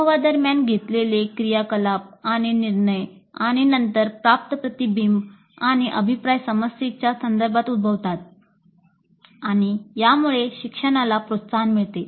अनुभवा दरम्यान घेतलेले क्रियाकलाप आणि निर्णय आणि नंतर प्राप्त प्रतिबिंब आणि अभिप्राय समस्येच्या संदर्भात उद्भवतात आणि यामुळे शिक्षणाला प्रोत्साहन मिळते